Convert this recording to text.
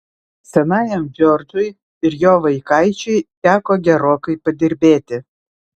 senajam džordžui ir jo vaikaičiui teko gerokai padirbėti